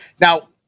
Now